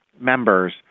members